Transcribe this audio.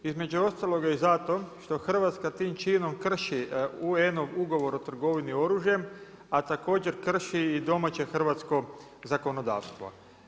Između ostaloga i zato što Hrvatska tim činom krši UN ugovor o trgovini oružjem a također krši i domaće hrvatsko zakonodavstvo.